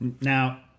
Now